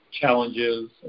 challenges